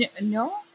No